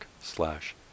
slash